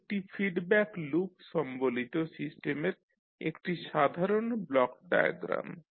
এটি একটি feedback loop সম্বলিত সিস্টেমের একটি সাধারণ ব্লক ডায়াগ্রাম